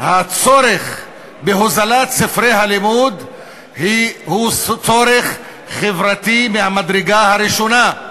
הצורך בהוזלת ספרי הלימוד הוא צורך חברתי מהמדרגה הראשונה.